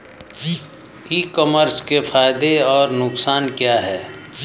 ई commerce के फायदे और नुकसान क्या हैं?